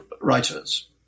writers